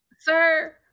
sir